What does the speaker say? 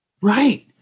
Right